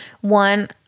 One